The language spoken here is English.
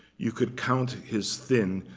you could count his thin,